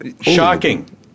Shocking